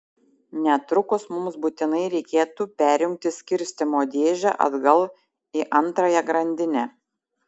netrukus mums būtinai reikėtų perjungti skirstymo dėžę atgal į antrąją grandinę